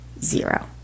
zero